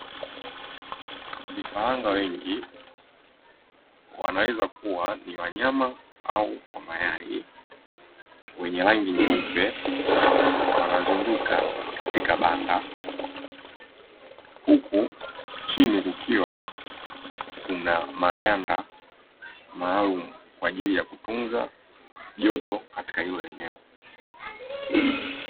Vifaranga wengi wanaweza kuwa ni wa nyama au wa mayai wenye rangi nyeupe wanazunguka katika banda huku chini kukiwa kuna maganda maalumu kwa ajili ya kutunza joto katika hili eneo.